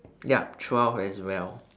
yup twelve as well